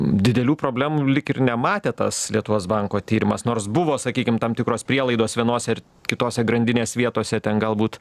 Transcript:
didelių problemų lyg ir nematė tas lietuvos banko tyrimas nors buvo sakykim tam tikros prielaidos vienose ar kitose grandinės vietose ten galbūt